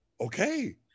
okay